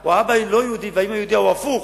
או האבא לא יהודי והאמא יהודייה או הפוך,